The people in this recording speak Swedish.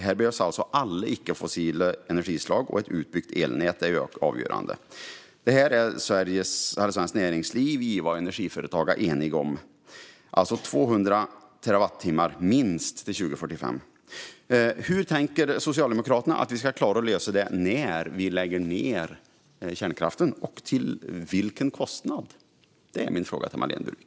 Här behövs alltså alla icke-fossila energislag och ett utbyggt elnät. Det är avgörande. Detta är Svenskt Näringsliv, IVA och Energiföretagen eniga om. Det behövs alltså minst 200 terawattimmar år 2045. Hur tänker Socialdemokraterna att vi ska klara att lösa detta när vi lägger ned kärnkraften, och till vilken kostnad? Det är min fråga till Marlene Burwick.